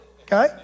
okay